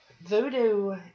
voodoo